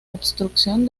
obstrucción